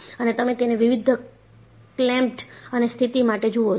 અને તમે તેને વિવિધ ક્લેમ્પ્ડ અને સ્થિતિ માટે જુઓ છો